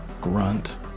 grunt